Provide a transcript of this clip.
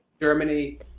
germany